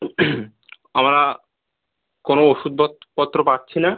আমরা কোনো ওষুধ পত পত্র পাচ্ছি না